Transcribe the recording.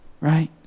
Right